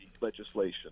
legislation